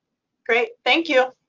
great thank you.